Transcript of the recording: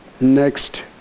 next